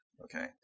okay